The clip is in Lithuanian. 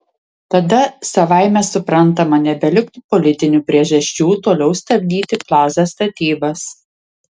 tada savaime suprantama nebeliktų politinių priežasčių toliau stabdyti plaza statybas